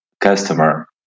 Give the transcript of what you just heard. customer